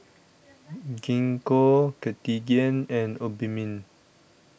Gingko Cartigain and Obimin